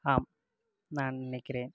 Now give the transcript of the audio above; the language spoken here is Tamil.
ஆம் நான் நினைக்கிறேன்